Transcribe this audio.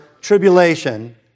tribulation